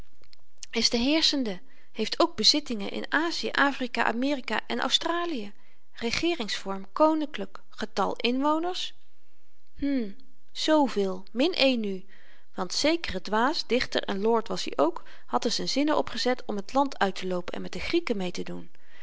is de heerschende heeft ook bezittingen in aziën afrika amerika en australië regeeringsvorm koninklyk getal inwoners hm zveel min één nu want zekere dwaas dichter en lord was-i ook had er z'n zinnen opgezet om t land uitteloopen en met de grieken meetedoen de man